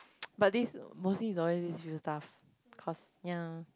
but this mostly is always this few stuff cause ya